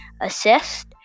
assist